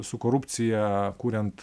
su korupcija kuriant